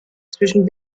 zwischen